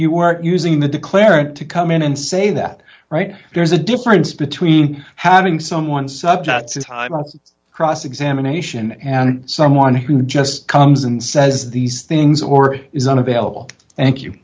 you were using the declarant to come in and say that right there's a difference between having someone subjects in cross examination and someone who just comes and says these things or is unavailable thank